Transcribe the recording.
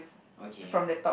okay